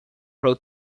pro